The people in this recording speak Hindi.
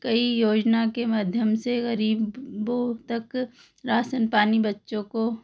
कई योजना के माध्यम से ग़रीबों तक रासन पानी बच्चों को